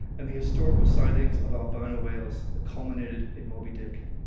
and the historical sightings of albino whales that culminated in moby dick,